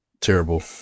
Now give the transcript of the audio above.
Terrible